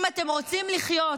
אם אתם רוצים לחיות,